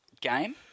Game